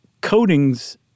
coatings